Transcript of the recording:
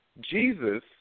Jesus